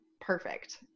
perfect